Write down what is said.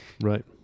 Right